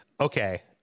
okay